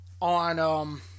On